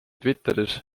twitteris